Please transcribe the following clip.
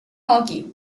hockey